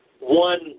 one